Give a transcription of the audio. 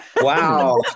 Wow